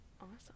awesome